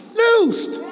loosed